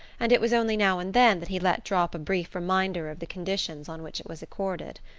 and it was only now and then that he let drop a brief reminder of the conditions on which it was accorded.